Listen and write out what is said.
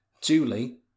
Julie